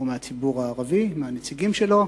ומהציבור הערבי, מהנציגים שלו,